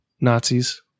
nazis